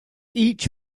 each